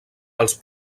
els